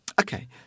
Okay